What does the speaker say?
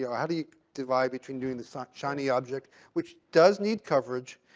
yeah how do you divide between doing the so shiny object, which does need coverage,